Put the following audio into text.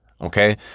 okay